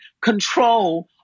control